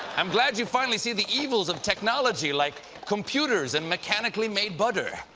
i'm glad you finally see the evils of technology like computers and mechanically-made butter.